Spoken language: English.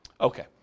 Okay